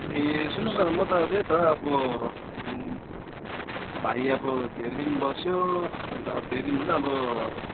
ए सुन्नुहोस् न म त त्यही त अब भाइ अब धेरै दिन बस्यो अन्त अब धेरै दिनभन्दा अब